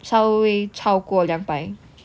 稍微超过两百